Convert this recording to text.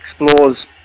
explores